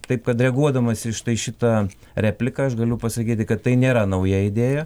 taip kad reaguodamas į štai šitą repliką aš galiu pasakyti kad tai nėra nauja idėja